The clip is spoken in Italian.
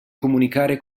comunicare